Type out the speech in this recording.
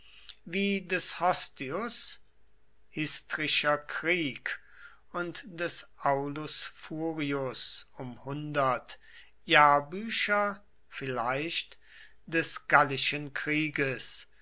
wie des hostius histrischer krieg und des aulus furius um jahrbücher vielleicht des gallischen krieges